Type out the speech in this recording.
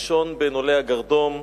הראשון בין עולי הגרדום,